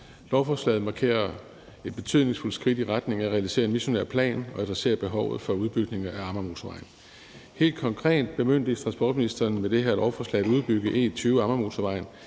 Lovforslaget markerer et betydningsfuldt skridt i retning af at realisere en visionær plan og adressere behovet for udbygning af Amagermotorvejen. Helt konkret bemyndiges transportministeren med det her lovforslag til at udbygge E20 Amagermotorvejen